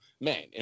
man